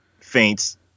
faints